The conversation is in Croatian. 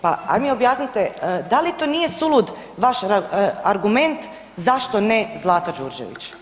Pa ajde mi objasnite da li to nije sulud vaš argument zašto ne Zlata Đurđević?